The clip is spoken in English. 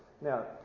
now